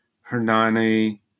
Hernani